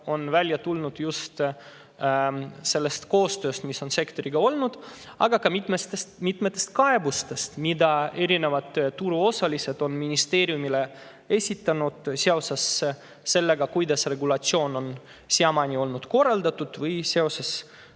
välja tulnud just sellest koostööst, mis on sektoriga olnud, aga ka mitmetest kaebustest, mida erinevad turuosalised on ministeeriumile esitanud seoses sellega, kuidas regulatsioon on siiamaani olnud korraldatud, või seoses